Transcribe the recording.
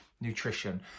nutrition